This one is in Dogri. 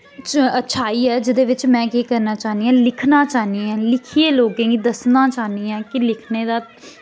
अच्छाई ऐ जेह्दे बिच्च में केह् करना चाह्नी आं लिखना चाह्नी आं लिखियै लोगें गी दस्सना चाह्नी ऐं कि लिखने दा